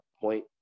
point